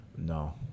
No